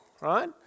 right